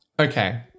okay